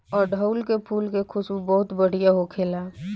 अढ़ऊल के फुल के खुशबू बहुत बढ़िया होखेला